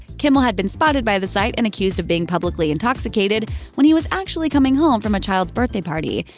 kimmel had been spotted by the site and accused of being publicly intoxicated when he was actually coming home from a child's birthday party.